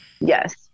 Yes